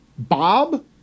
Bob